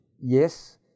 yes